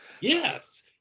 Yes